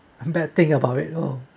bad thing about it oh